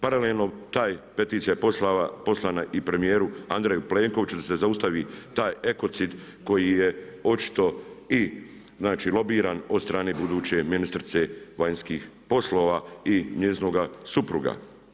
Paralelno peticija je poslana i premijeru Andreju Plenkoviću da se zaustavi taj ekocid koji je očito i znači lobiran od strane buduće ministrice vanjskih poslova i njezinoga supruga.